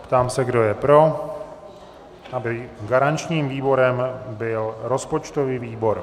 Ptám se, kdo je pro, aby garančním výborem byl rozpočtový výbor.